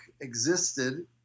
existed